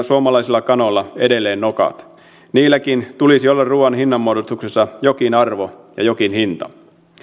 suomalaisilla kanoilla edelleen nokat niilläkin tulisi olla ruuan hinnanmuodostuksessa jokin arvo ja jokin hinta